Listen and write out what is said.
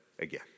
Again